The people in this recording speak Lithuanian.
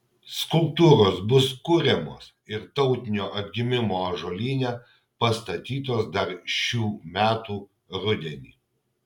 skulptūros bus kuriamos ir tautinio atgimimo ąžuolyne pastatytos dar šių metų rudenį